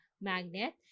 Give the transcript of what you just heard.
magnet